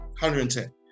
110